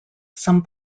some